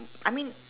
I mean